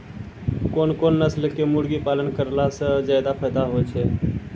कोन कोन नस्ल के मुर्गी पालन करला से ज्यादा फायदा होय छै?